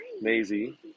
Maisie